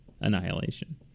Annihilation